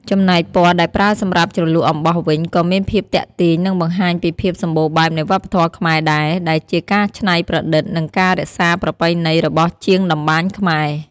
ចំណែកពណ៌ដែលប្រើសម្រាប់ជ្រលក់អំបោះវិញក៏មានភាពទាក់ទាញ និងបង្ហាញពីភាពសម្បូរបែបនៃវប្បធម៌ខ្មែរដែរ ដែលជាការច្នៃប្រឌិត និងការរក្សាប្រពៃណីរបស់ជាងតម្បាញខ្មែរ។